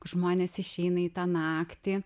žmonės išeina į tą naktį